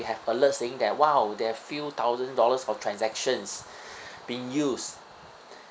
have alert saying that !wow! there are few thousand dollars from transactions being used